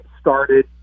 started